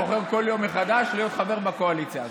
בוחר כל יום מחדש להיות חבר בקואליציה הזו,